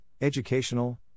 educational